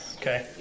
okay